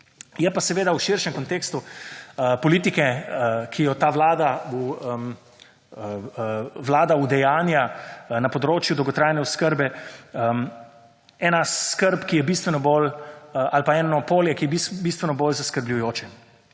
Je pa seveda v širšem kontekstu politike, ki jo ta Vlada udejanja na področju dolgotrajne oskrbe ena skrb, ki je bistveno bolj ali pa eno polje, ki je bistveno bolje zaskrbljujoče.